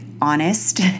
honest